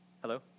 Hello